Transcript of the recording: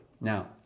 now